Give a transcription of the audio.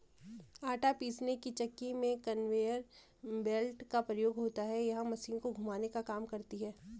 आटा पीसने की चक्की में कन्वेयर बेल्ट का प्रयोग होता है यह मशीन को घुमाने का काम करती है